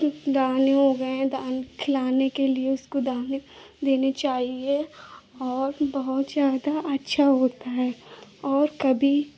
दाने हो गए दाने खिलाने के लिए उसको दाने देने चाहिए और बहुत ज़्यादा अच्छा होता है और कभी